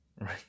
right